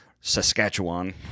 Saskatchewan